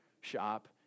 shop